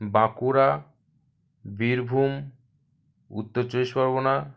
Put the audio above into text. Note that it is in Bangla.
বাঁকুড়া বীরভূম উত্তর চব্বিশ পরগনা